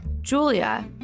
Julia